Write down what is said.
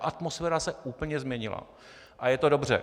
Atmosféra se úplně změnila a je to dobře.